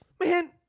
man